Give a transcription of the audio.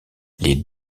les